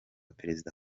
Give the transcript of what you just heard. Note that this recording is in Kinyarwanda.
perezida